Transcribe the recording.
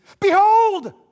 behold